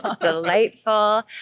delightful